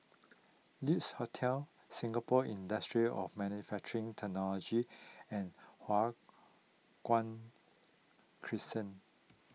Lex Hotel Singapore Industry of Manufacturing Technology and Hua Guan Crescent